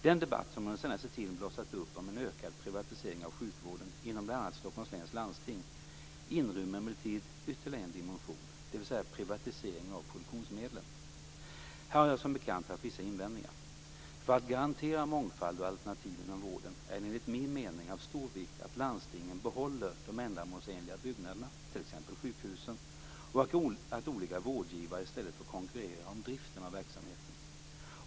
Den debatt som under den senaste tiden blossat upp om en ökad privatisering av sjukvården inom bl.a. Stockholms läns landsting inrymmer emellertid ytterligare en dimension, dvs. privatisering av produktionsmedlen. Här har jag som bekant haft vissa invändningar. För att garantera mångfald och alternativ inom vården är det enligt min mening av stor vikt att landstingen behåller de ändamålsenliga byggnaderna, t.ex. sjukhusen, och att olika vårdgivare i stället får konkurrera om driften av verksamheten.